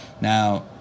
Now